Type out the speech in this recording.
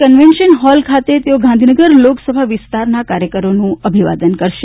convention hall ખાતે ગાંધીનગર લોકસભા વિસ્તારના કાર્યકરોનું અભિવાદન કરશે